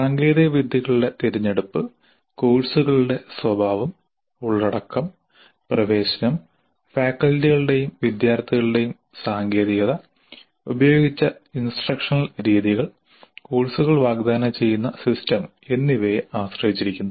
സാങ്കേതികവിദ്യകളുടെ തിരഞ്ഞെടുപ്പ് കോഴ്സുകളുടെ സ്വഭാവം ഉള്ളടക്കം പ്രവേശനം ഫാക്കൽറ്റികളുടേയും വിദ്യാർത്ഥികളുടേയും സാങ്കേതികത ഉപയോഗിച്ച ഇൻസ്ട്രക്ഷനൽ രീതികൾ കോഴ്സുകൾ വാഗ്ദാനം ചെയ്യുന്ന സിസ്റ്റം എന്നിവയെ ആശ്രയിച്ചിരിക്കുന്നു